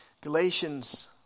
Galatians